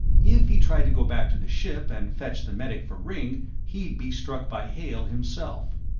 if he tried to go back to the ship and fetch the medic for ringg, he'd be struck by hail himself.